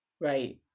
right